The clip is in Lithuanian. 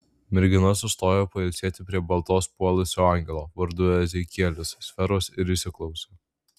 mergina sustojo pailsėti prie baltos puolusio angelo vardu ezekielis sferos ir įsiklausė